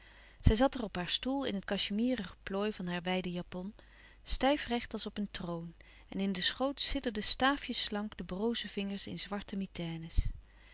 zat er op haar stoel in het cachemiren geplooi van haar wijde japon stijfrecht als op een troon en in den schoot sidderden staafjesslank de broze vingers in zwarte mitaines